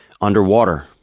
Underwater